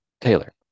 taylor